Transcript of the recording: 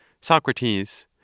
Socrates